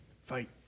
fight